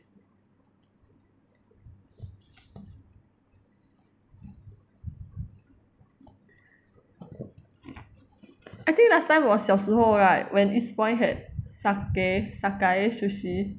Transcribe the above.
I think last time 我小时候 right when eastpoint had Sakae Sakae Sushi